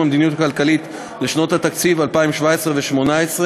המדיניות הכלכלית לשנות התקציב 2017 ו-2018),